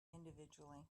individually